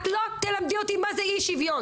את לא תלמדי אותי מה זה אי שוויון,